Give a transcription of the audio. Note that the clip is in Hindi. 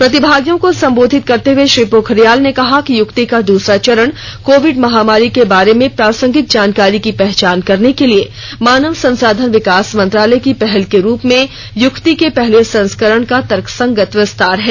प्रतिभागियों को संबोधित करते हुए श्री पोखरियाल ने कहा कि युक्ति का दूसरा चरण कोविड महामारी के बारे में प्रासंगिक जानकारी की पहचान करने के लिए मानव संसाधन विकास मंत्रालय की पहल के रूप में युक्ति के पहले संस्करण का तर्क संगत विस्तार है